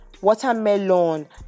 Watermelon